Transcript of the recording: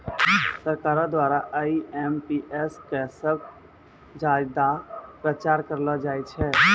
सरकारो द्वारा आई.एम.पी.एस क सबस ज्यादा प्रचार करलो जाय छै